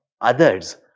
others